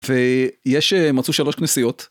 ויש, מצאו שלוש כנסיות.